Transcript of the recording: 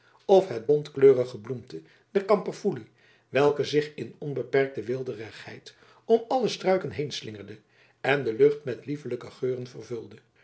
of het bontkleurig gebloemte der kamperfoelie welke zich in onbeperkte weelderigheid om alle struiken heenslingerde en de lucht met liefelijke geuren vervulde